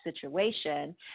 situation